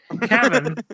Kevin